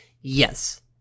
yes